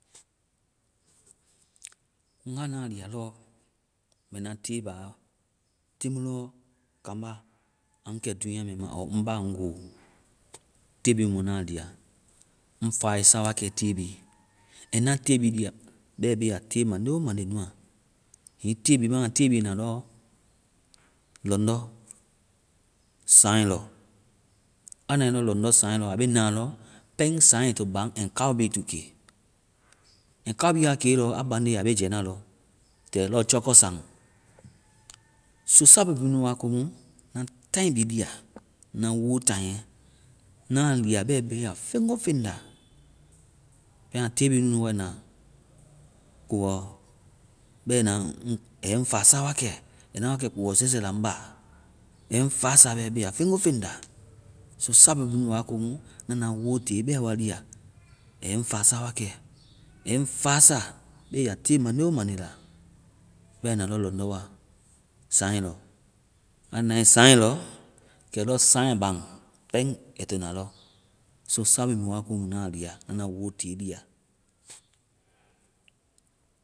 Ngae na lia lɔ mbɛ na te ba-te mu lɔ kambá a ŋ kɛ dúunya mɛɛ ma ɔɔ ŋ ba ŋ wo. Tée bhii mu na lia. Ŋ faisa wakɛ tée bi. Ɛŋna tée bhii lia bɛ be ya te mande o mande nua. Hiŋi te bi mana, te bi na lɔ lɔŋdɔ́ saŋgɛ lɔ. A nae lɔŋdɔ́ saŋgɛ, aa be na lɔ pɛŋ saŋgɛ to baŋ and kao bhii to ke. and kao bi a ke a baŋde lɔ, a be jɛna lɔ. Kɛ lɔ jɔkɔsaŋ. so sabu bi wa komu na táai bhii lia. Na wo taŋiɛ. Na lia bɛ a bi ya feŋ go feŋ da. Bɛma tée bhii nunu wai na kpowɔ bɛna ŋaa yɛ ŋ fasa wakɛ. Ai na wa kɛ kpowɔ zɔzɔ la ŋ ba. Aa yɛ ŋ fasa bɛ beya feŋ go feŋ da. so sabu bi nunu wa komu na na wo te bɛ wa dia. Aa yɛ ŋ fasa wa kɛ. Aa yɛ ŋ fasa aa be ya tée mande o mande ya. Bɛma ai na lɔ lɔŋdɔ́ wa saŋgɛ lɔ. Aa nae saŋgɛ lɔ, kɛ lɔ saŋgɛ baŋ pɛŋ ai to na lɔ. so sabu bi wa komu na lia. Na na wo te lia.